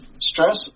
stress